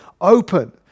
open